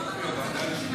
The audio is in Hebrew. הכנסת,